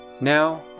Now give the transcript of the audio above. Now